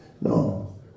No